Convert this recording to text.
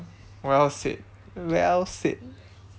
well said well said